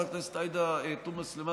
חברת הכנסת עאידה תומא סלימאן,